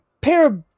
pair